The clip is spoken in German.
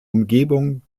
umgebung